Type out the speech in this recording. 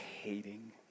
hating